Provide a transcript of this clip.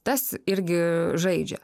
tas irgi žaidžia